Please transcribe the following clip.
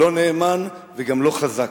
לא נאמן וגם לא חזק.